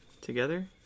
together